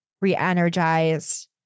re-energized